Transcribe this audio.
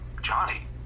Johnny